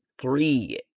three